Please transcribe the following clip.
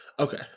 Okay